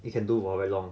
you can do for very long